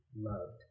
loved